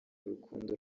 urukundo